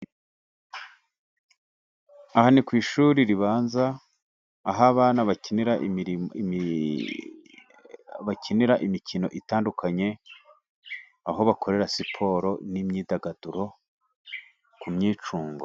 Aha ni ku ishuri ribanza aho abana bakinira imikino itandukanye, aho bakorera siporo n'imyidagaduro kubyicungo.